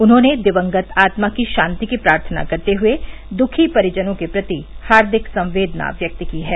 उन्होंने दिवंगत आत्मा की शांति की प्रार्थना करते हुए दुःखी परिजनों के प्रति हार्दिक संवेदना व्यक्त की है